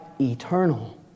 eternal